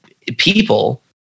people